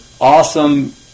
awesome